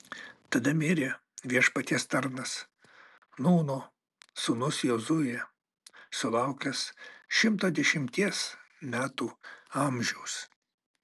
tada mirė viešpaties tarnas nūno sūnus jozuė sulaukęs šimto dešimties metų amžiaus